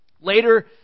Later